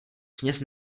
směs